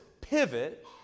pivot